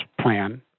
plan